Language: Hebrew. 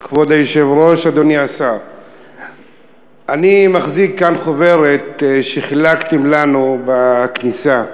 השר, אני מחזיק כאן חוברת שחילקתם לנו בכניסה,